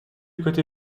côté